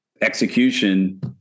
execution